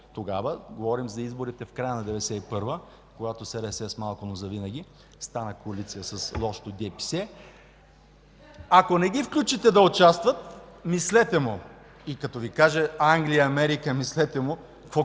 спор, говорим за изборите в края на 1991 г., когато СДС с малко, но завинаги стана коалиция с лошото „ДьеПьеСье” – ако не ги включвате да участват, мислете му. И като Ви каже Англия и Америка: „Мислете му!”,